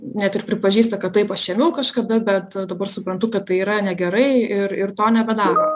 net ir pripažįsta kad taip aš ėmiau kažkada bet dabar suprantu kad tai yra negerai ir ir to nebedaro